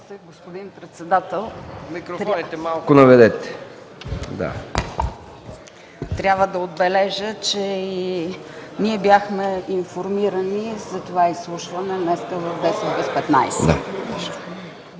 господин председател. Трябва да отбележа, че ние бяхме информирани за това изслушване днес в 9,45 ч.